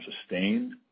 sustained